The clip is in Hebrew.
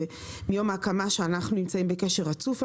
ומיום ההקמה אנחנו נמצאים איתם בקשר רצוף.